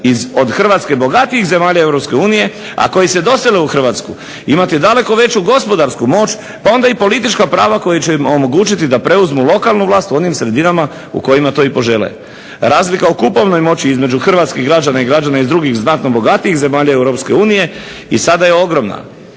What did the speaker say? od Hrvatske bogatijih zemalja Europske unije, a koji se dosele u Hrvatsku imati daleko veću gospodarsku moć pa onda i politička prava koje će im omogućiti da preuzmu lokalnu vlast u onim sredinama u kojima to i požele. Razlika u kupovnoj moći između hrvatskih građana i građana iz drugih znatno bogatijih zemalja Europske unije i sada je ogromna.